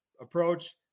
approach